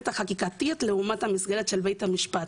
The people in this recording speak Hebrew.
החקיקתית לעומת המסגרת של בית המשפט.